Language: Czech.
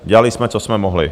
Dělali jsme, co jsme mohli.